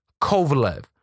Kovalev